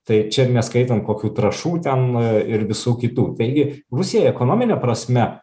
tai čia neskaitant kokių trąšų ten ir visų kitų taigi rusija ekonomine prasme